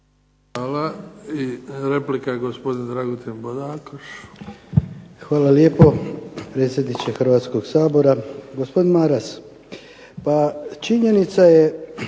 Bodakoš. **Bodakoš, Dragutin (SDP)** Hvala lijepo predsjedniče Hrvatskog sabora. Gospodin Maras, pa činjenica je